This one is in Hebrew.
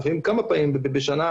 לפעמים כמה פעמים בשנה,